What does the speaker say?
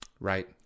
Right